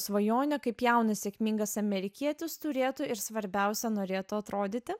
svajonę kaip jaunas sėkmingas amerikietis turėtų ir svarbiausia norėtų atrodyti